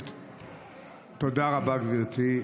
תודה רבה, גברתי.